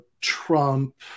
Trump